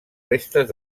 restes